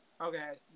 Okay